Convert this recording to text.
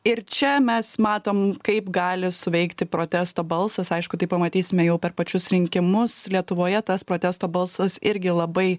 ir čia mes matom kaip gali suveikti protesto balsas aišku tai pamatysime jau per pačius rinkimus lietuvoje tas protesto balsas irgi labai